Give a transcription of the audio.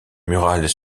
murales